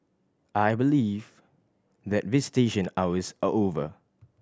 I believe that visitation hours are over